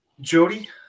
Jody